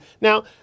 Now